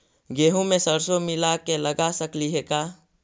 गेहूं मे सरसों मिला के लगा सकली हे का?